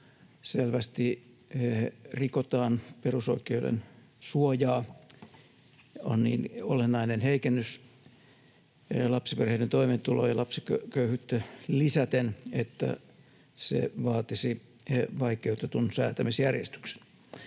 selvästi rikotaan perusoikeuden suojaa. Se on niin olennainen heikennys lapsiperheiden toimeentuloon lapsiköyhyyttä lisäten, että se vaatisi vaikeutetun säätämisjärjestyksen.